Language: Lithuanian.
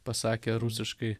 pasakė rusiškai